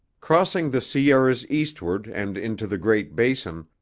crossing the sierras eastward and into the great basin,